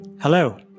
Hello